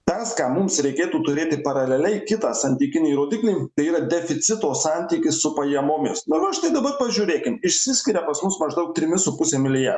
tas ką mums reikėtų turėti paraleliai kitą santykinį rodiklį tai yra deficito santykį su pajamomis nu ir va štai dabar pažiūrėkim išsiskiria pas mus maždaug trimis su puse milija